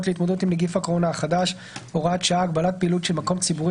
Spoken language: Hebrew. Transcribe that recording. להתמודדות עם נגיף הקורונה החדש (הוראת שעה) (הגבלת פעילות של מקום ציבורי